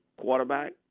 quarterback